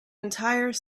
entire